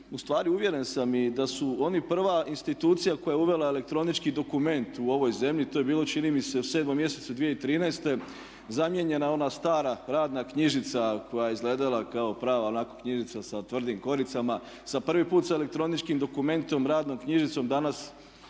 uvjeren sam i da su oni prva institucija koja je uvela elektronički dokument u ovoj zemlji, to je bilo čini mi se u 7. mjesecu 2013. zamijenjena ona stara radna knjižica koja je izgledala kao prava onako knjižica sa tvrdim koricama. Sa prvi put sa elektroničkim dokumentom radnom knjižicom, radnu